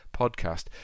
podcast